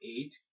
eight